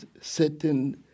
certain